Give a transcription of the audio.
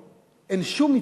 אין שום מצווה,